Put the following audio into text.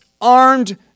armed